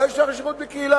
מה זה שייך לשירות בקהילה?